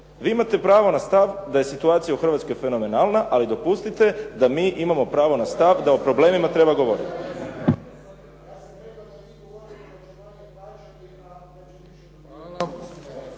Vi imate pravo na stav da je situacija u Hrvatskoj fenomenalna, ali dopustite da mi imamo pravo na stav da o problemima treba govoriti.